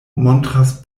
montras